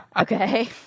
Okay